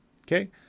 Okay